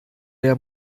der